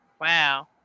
Wow